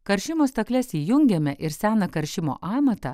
karšimo stakles įjungėme ir seną karšimo amatą